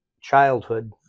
childhood